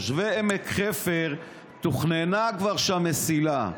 לתושבי עמק חפר כבר תוכננה שם מסילה.